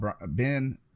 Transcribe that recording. Ben